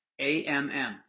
AMM